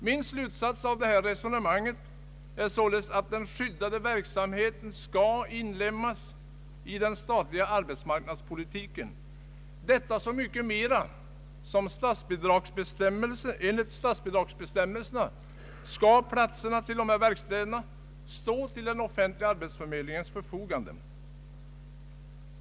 Min slutsats av resonemanget är således att den skyddade verksamheten skall inlemmas i den statliga arbetsmarknadspolitiken, detta så mycket mera som enligt statsbidragsbestämmelserna platserna vid dessa verkstäder skall stå till den offentliga arbetsförmedlingens förfogande.